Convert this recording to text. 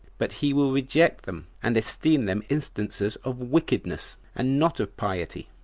but he will reject them, and esteem them instances of wickedness, and not of piety.